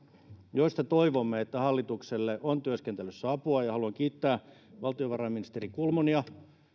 ja toivomme että hallitukselle on niistä työskentelyssä apua haluan kiittää valtiovarainministeri kulmunia